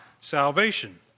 salvation